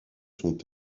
sont